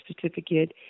certificate